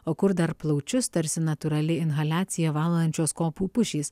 o kur dar plaučius tarsi natūrali inhaliacija valančios kopų pušys